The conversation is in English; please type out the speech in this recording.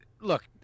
look